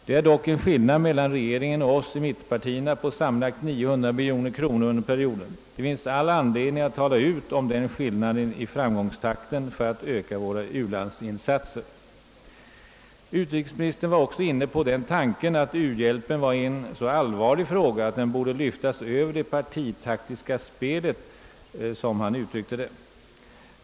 Det är dock en skillnad mellan regeringen och mittenpartierna på sammanlagt 900 miljoner kronor under perioden. Det finns all anledning att tala ut om den skillnaden i framgångstakten för att öka våra u-landsinsatser. Utrikesministern sade också att uhjälpen var en så allvarlig fråga att den borde lyftas över det partitaktiska spelet, som han uttryckte det.